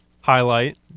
Highlight